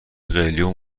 قلیون